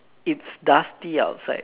it's dusty outside